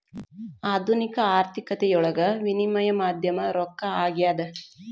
ಆಧುನಿಕ ಆರ್ಥಿಕತೆಯೊಳಗ ವಿನಿಮಯ ಮಾಧ್ಯಮ ರೊಕ್ಕ ಆಗ್ಯಾದ